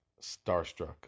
starstruck